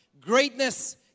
Greatness